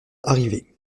arrivés